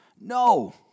No